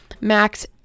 Max